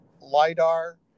LiDAR